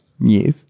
Yes